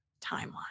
timeline